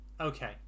Okay